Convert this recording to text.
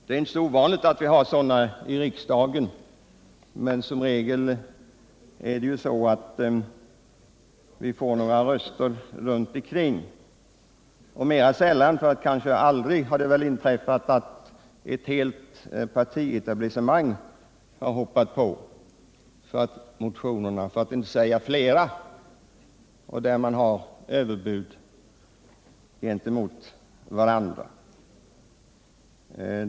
Det är inte så ovanligt att vi har sådana i riksdagen, men som regel samlar de några få röster i den närmaste regionen. Mera sällan, kanske aldrig, har det väl inträffat att hela partietablissemang har hoppat på motionerna med överbud gentemot varandra.